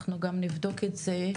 אנחנו גם נבדוק את זה.